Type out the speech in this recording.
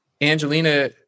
Angelina